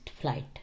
flight